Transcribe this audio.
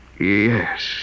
Yes